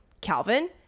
Calvin